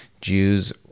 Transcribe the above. jews